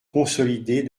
consolidée